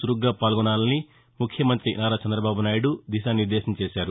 చురుగ్గా పాల్గొనాలని ముఖ్యమంత్రి నారా చందబాబు నాయుడు దిశానిర్లేశం చేశారు